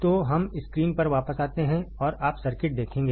तो हम स्क्रीन पर वापस आते हैं और आप सर्किट देखेंगे